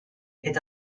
est